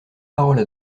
paroles